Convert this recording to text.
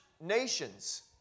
nations